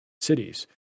cities